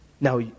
Now